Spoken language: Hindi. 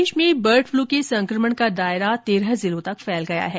प्रदेश में बर्ड फ्लू के संक्रमण का दायरा तेरह जिलों तक फैल गया है